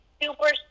super